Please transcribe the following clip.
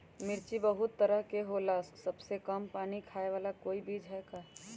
मिर्ची बहुत तरह के होला सबसे कम पानी खाए वाला कोई बीज है का?